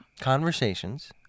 conversations